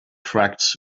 tracts